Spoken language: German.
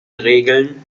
regeln